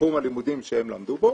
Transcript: בתחום הלימודים שהם למדו בו,